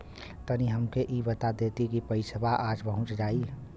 तनि हमके इ बता देती की पइसवा आज पहुँच जाई?